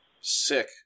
sick